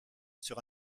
sur